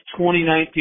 2019